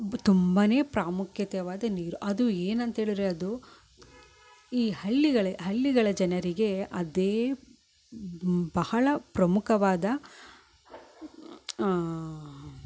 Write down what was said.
ತುಂಬನೆ ಪ್ರಮುಖವಾದ ನೀರು ಅದು ಏನಂತ ಹೇಳಿದರೆ ಅದು ಈ ಹಳ್ಳಿಗಳ ಹಳ್ಳಿಗಳ ಜನರಿಗೆ ಅದೇ ಮ್ ಬಹಳ ಪ್ರಮುಖವಾದ